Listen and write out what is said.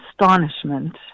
astonishment